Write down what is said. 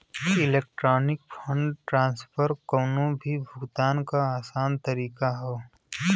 electronic fund transfer कउनो भी भुगतान क आसान तरीका हौ